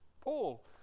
Paul